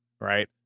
Right